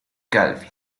calvin